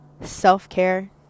Self-care